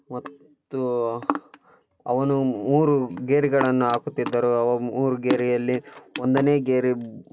ಮತ್ತು ಅವನು ಮೂರು ಗೆರೆಗಳನ್ನು ಹಾಕುತ್ತಿದ್ದರು ಅವು ಮೂರು ಗೆರೆಯಲ್ಲಿ ಒಂದನೇ ಗೆರೆ